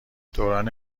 دوران